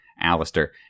Alistair